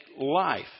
life